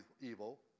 evil